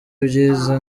ibyiza